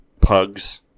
pugs